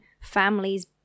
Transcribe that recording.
families